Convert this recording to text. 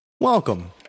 Welcome